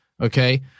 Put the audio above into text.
okay